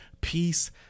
Peace